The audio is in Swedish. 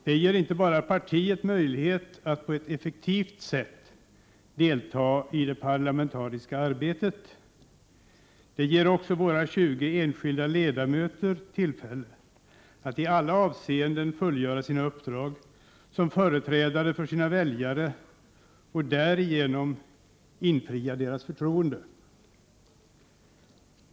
Detta ger partiet inte bara möjlighet att på ett effektivt sätt delta i det parlamentariska arbetet, det ger också våra 20 enskilda ledamöter tillfälle att i alla avseenden fullgöra sina uppdrag som företrädare för sina väljare och därigenom infria deras förtroende.